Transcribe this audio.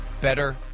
better